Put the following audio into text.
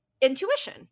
intuition